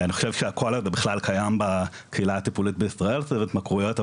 אני חושב שהקול הזה בכלל קיים בקהילה הטיפולית בישראל סביב התמכרויות,